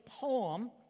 poem